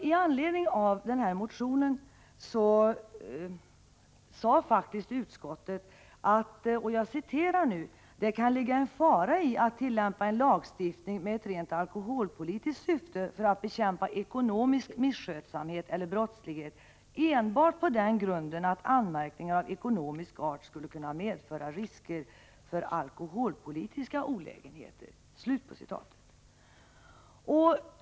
Skatteutskottet har faktiskt uttalat att ”det kan ligga viss fara i att tillämpa en lagstiftning med ett rent alkoholpolitiskt syfte för att bekämpa ekonomisk misskötsamhet eller brottslighet enbart på den grunden att anmärkningarna av ekonomisk art skulle kunna medföra risker för alkoholpolitiska olägenheter”.